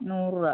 നൂറ് രൂപ